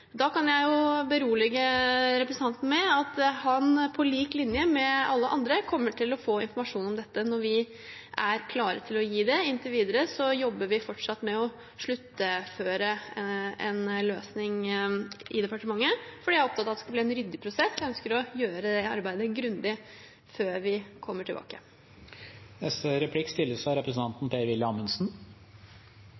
Da kan jeg berolige representanten med at han, på lik linje med alle andre, kommer til å få informasjon om dette når vi er klare til å gi det. Inntil videre jobber vi med å sluttføre en løsning i departementet fordi jeg er opptatt av at det skal bli en ryddig prosess. Jeg ønsker å gjøre det arbeidet grundig før vi kommer tilbake.